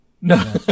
No